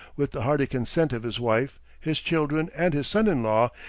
with the hearty consent of his wife, his children, and his son-in-law,